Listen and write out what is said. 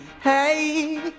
Hey